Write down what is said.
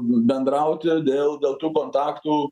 bendrauti dėl dėl tų kontaktų